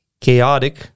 chaotic